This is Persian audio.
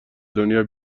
دنیا